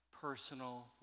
personal